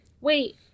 wait